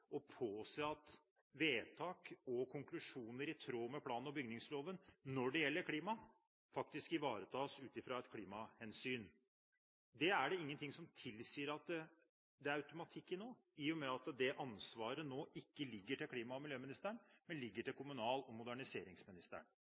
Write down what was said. å påse at vedtak og konklusjoner i tråd med plan- og bygningsloven når det gjelder klima, faktisk ivaretas ut fra et klimahensyn. Det er det ingenting som tilsier at det er automatikk i nå, i og med at det ansvaret nå ikke ligger til klima- og miljøministeren, men til kommunal- og moderniseringsministeren.